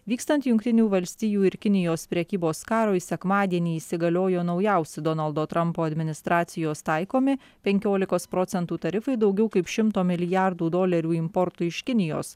vykstant jungtinių valstijų ir kinijos prekybos karui sekmadienį įsigaliojo naujausi donaldo trampo administracijos taikomi penkiolikos procentų tarifai daugiau kaip šimto milijardų dolerių importui iš kinijos